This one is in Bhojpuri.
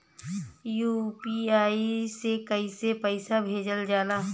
यू.पी.आई से कइसे पैसा भेजल जाला?